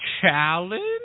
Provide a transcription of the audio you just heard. challenge